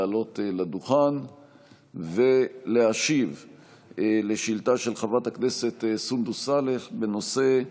לעלות לדוכן ולהשיב על שאילתה של חברת הכנסת סונדוס סאלח בנושא: